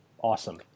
Awesome